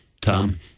Tom